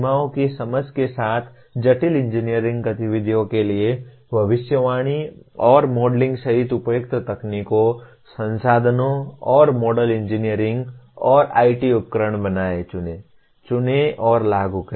सीमाओं की समझ के साथ जटिल इंजीनियरिंग गतिविधियों के लिए भविष्यवाणी और मॉडलिंग सहित उपयुक्त तकनीकों संसाधनों और मॉडल इंजीनियरिंग Model engineering और IT उपकरण बनाएं चुनें और लागू करें